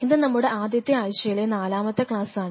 ഇത് നമ്മുടെ ആദ്യത്തെ ആഴ്ചയിലെ നാലാമത്തെ ക്ലാസ്സാണ്